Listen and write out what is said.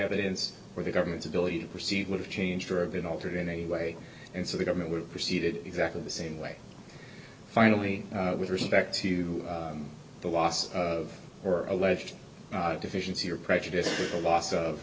evidence or the government's ability to proceed would have changed or been altered in any way and so the government would proceed exactly the same way finally with respect to the loss of or alleged deficiency or prejudice the loss of